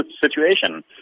situation